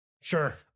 sure